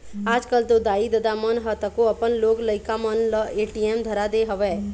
आजकल तो दाई ददा मन ह तको अपन लोग लइका मन ल ए.टी.एम धरा दे हवय